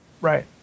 Right